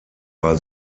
war